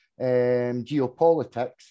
geopolitics